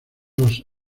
los